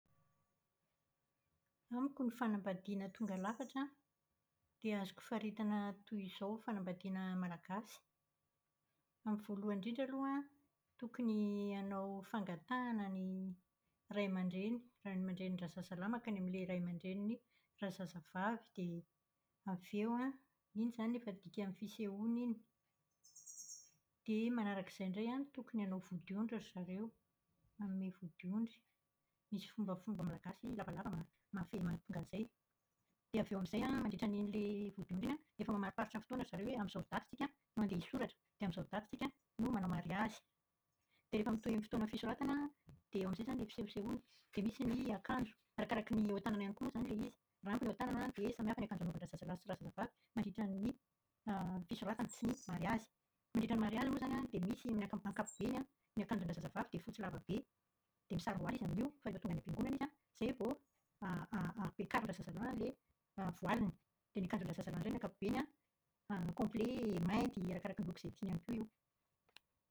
Amiko ny fanambadiana tonga lafatra an, di azoko faritana toy izao. Fanambadiana malagasy. Ny voalohany indrindra aloha, tokony hanao fangatahana ny ray aman-dreny. Ray aman-drenin-drazazalahy mankany amin'ny ray aman-drenin'ny razazavavy dia avy eo an, iny izany efa dikan'ny fisehoana iny. Dia manarak'izay indray an, tokony hanao vodiondry ry zareo. Manome vodiondry. Misy fombafomba malagasy lavalava mahafehy momba an'izay. Dia avy eo amin'izay an, mandritran'ilay vodiondry iny an, efa mamariparitra fotoana ry zareo hoe amin'izao daty isika no handeha hisoratra, dia amin'izao daty isika no manao mariazy. Dia rehefa mitohy amin'ny fotoana fisoratana, dia eo amin'izay izany ilay fisehosehoana. Dia misy ny akanjo arakaraky ny eo an-tanana ihany koa moa izany ilay izy. Raha ampy ny eo an-tanana an, dia samihafa ny akanjo anaovan-drazazalahy sy razazavavy mandritra ny fisoratana sy ny mariazy. Mandritra ny mariazy moa izany an dia misy ny an- ankapobeny an, ny akanjon-drazazavavy dia fotsy lava be dia misarom-boaly izy amin'io fa rehefa tonga any am-piangonana izy an izay vao ampiakarin-drazaalahy ilay voaliny. Dia ny an-drazazalahy indray ny ankapobeny an, kople mainty arakaraky ny loko izay tiany ihany koa io.